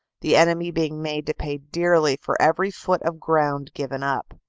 the enemy being made to pay dearly for every foot of ground given up.